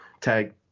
tag